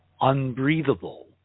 unbreathable